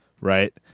Right